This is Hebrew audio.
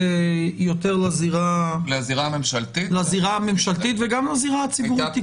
יותר לזירה הממשלתית וגם לזירה הציבורית.